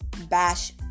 bash